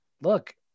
look